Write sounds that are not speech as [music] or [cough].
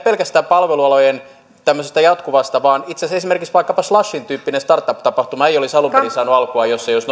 [unintelligible] pelkästään palvelualojen tämmöisestä jatkuvasta toiminnasta vaan itse asiassa vaikkapa slushin tyyppinen startup tapahtuma ei olisi alun perin saanut alkuaan jos [unintelligible]